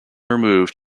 removed